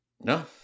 No